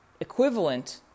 equivalent